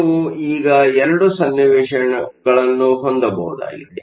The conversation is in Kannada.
ನೀವು ಈಗ 2 ಸನ್ನಿವೇಶಗಳನ್ನು ಹೊಂದಬಹುದಾಗಿದೆ